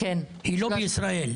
היא לא בישראל.